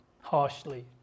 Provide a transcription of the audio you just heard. harshly